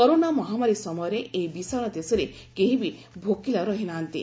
corona ମହାମାରୀ ସମୟରେ ଏହି ବିଶାଳ ଦେଶରେ କେହି ବି ଭୋକିଲା ରହି ନାହାନ୍ତି